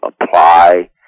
apply